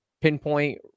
pinpoint